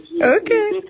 Okay